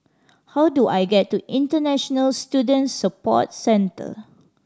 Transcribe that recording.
how do I get to International Student Support Centre